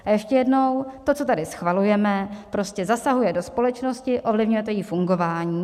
A ještě jednou: to, co tady schvalujeme, prostě zasahuje do společnosti, ovlivňuje to její fungování.